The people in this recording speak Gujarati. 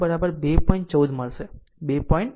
14 મળશે 2